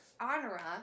Honora